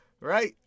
right